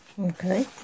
Okay